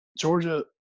georgia